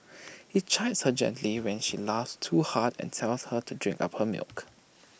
he chides her gently when she laughs too hard and tells her to drink up her milk